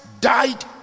died